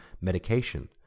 medication